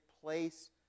place